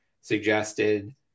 suggested